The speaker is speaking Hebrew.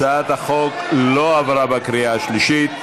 הצעת החוק לא עברה בקריאה השלישית.